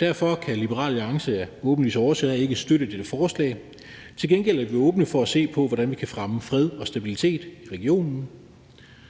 Derfor kan Liberal Alliance af åbenlyse årsager ikke støtte dette forslag. Til gengæld er vi åbne over for at se på, hvordan vi kan fremme fred og stabilitet i regionen,